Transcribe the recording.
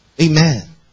Amen